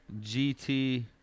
GT